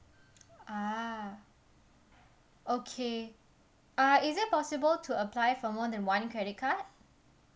ah okay uh is it possible to apply for more than one credit card